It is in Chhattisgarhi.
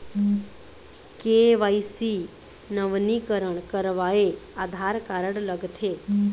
के.वाई.सी नवीनीकरण करवाये आधार कारड लगथे?